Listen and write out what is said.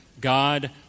God